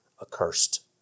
accursed